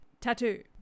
Tattoo